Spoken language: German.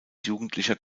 jugendlicher